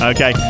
Okay